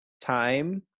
time